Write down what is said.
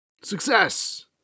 Success